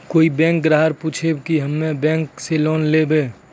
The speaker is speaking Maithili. कोई बैंक ग्राहक पुछेब की हम्मे बैंक से लोन लेबऽ?